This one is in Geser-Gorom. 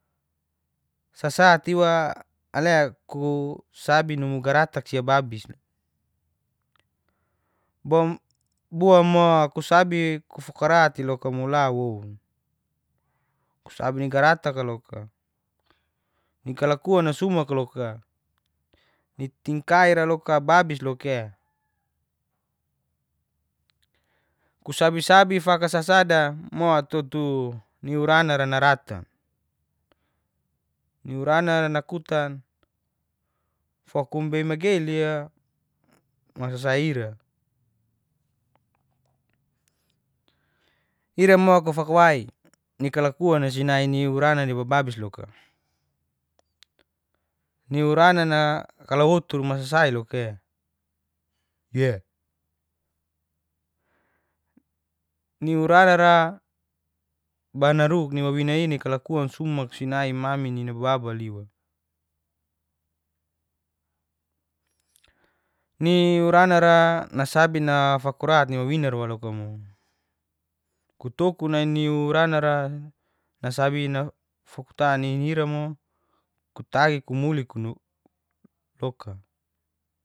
Sasatiwa ale ku sabi numu garataak si ababis bua mo kusabi kufukura'ti loka mo la, ku sabi ni garatak'a loka, ni kalalu'a sumak loka ni tingkira loka abais loka e. Kusabi-sabi faka sasada mo tutu ni urana'ra naratan, ni urana'ra nakutan fo kumbei magei lia masasai ira. Ira mo kufakawai ni kalauan'na si nai ni urana di bababis loka, ni urana'ra kalawotu masa-sai loka e. ni urana'ra ba naruk ni wawina'i ni kalakuan sumak sinai mami nina baba liwa, ni uranara nasabi nafakurt ni wawina'ra waluk'amo kutokun nai uranara nafukutan'ni ira mo kutagi kumuli kunu loka.